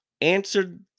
answered